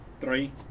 Three